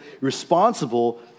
responsible